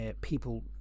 people